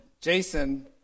Jason